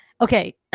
Okay